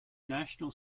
national